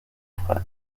frei